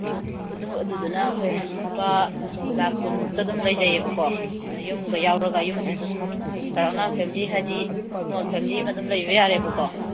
ꯑꯗꯨꯗꯨꯅ ꯑꯩꯈꯣꯏ ꯂꯨꯄꯥ ꯂꯥꯛ ꯀꯨꯟꯃꯨꯛꯇ ꯑꯗꯨꯝ ꯂꯩꯖꯩꯌꯦꯕꯀꯣ ꯌꯨꯝꯒ ꯌꯥꯎꯔꯒ ꯌꯨꯝꯁꯤꯁꯨ ꯁꯨꯝ ꯆꯥꯎꯔꯥꯛꯅ ꯐꯦꯝꯂꯤ ꯍꯥꯏꯕꯗꯤ ꯁ꯭ꯃꯣꯜ ꯐꯦꯝꯂꯤ ꯑꯃ ꯑꯗꯨꯝ ꯂꯩꯕ ꯌꯥꯔꯦꯕꯀꯣ